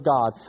God